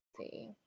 see